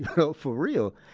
know, for real.